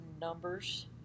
numbers